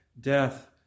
death